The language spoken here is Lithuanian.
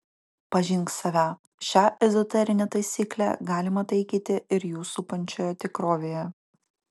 pažink save šią ezoterinę taisyklę galima taikyti ir jus supančioje tikrovėje